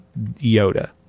yoda